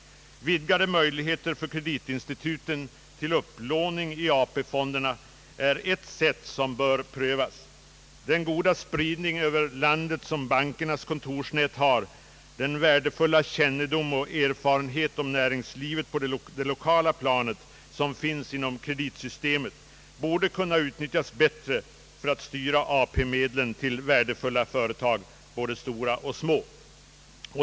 Vidgade möjligheter för kreditinstituten till upplåning i AP-fonderna är ett sätt som bör prövas. Den goda spridning över landet som bankernas kontorsnät har samt den värdefulla kännedom och erfarenhet om näringslivet på det lokala planet som finns inom kreditsystemet borde kunna utnyttjas bättre för att styra AP-medlen till värdefulla företag, både stora och små.